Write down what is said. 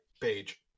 page